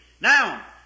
Now